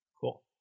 cool